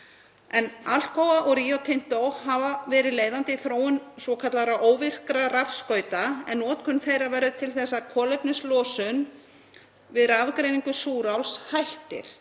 Alcoa og Rio Tinto hafa verið leiðandi í þróun svokallaðra óvirkra rafskauta en notkun þeirra verður til þess að kolefnislosun við rafgreiningu súráls hættir.